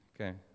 Okay